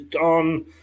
on